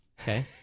Okay